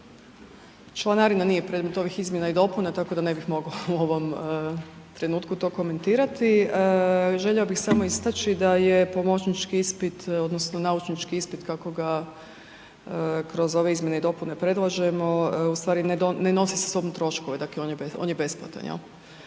članarina nije predmet ovih izmjena i dopuna tako da ne bih mogla u ovom trenutku to komentirati. Željela bih samo istaći da je pomoćnički ispit, odnosno naučnički ispit kako ga kroz ove izmjene i dopune predlažemo ustvari ne nosi sa sobom troškove, dakle on je besplatan